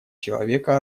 человека